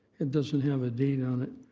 it doesn't have a date on it.